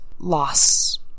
Loss